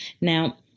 Now